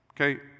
Okay